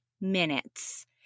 minutes